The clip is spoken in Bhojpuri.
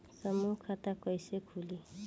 समूह खाता कैसे खुली?